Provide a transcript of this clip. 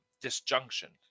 disjunction